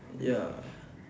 ya